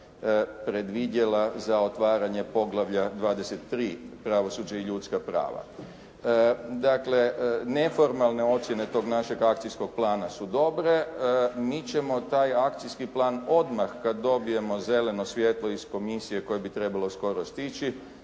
predvidjela za otvaranje poglavlja 23. – Pravosuđe i ljudska prava. Dakle, neformalne ocjene tog našeg akcijskog plana su dobre. Mi ćemo taj akcijski plan odmah kada dobijemo zeleno svjetlo iz komisije koje bi trebalo skoro stići,